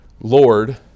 lord